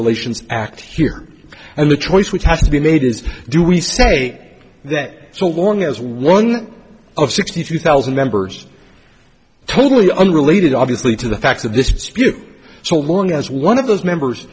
relations act here and the choice which has to be made is do we say that so long as one of sixty two thousand members totally unrelated obviously to the facts of this dispute so long as one of those members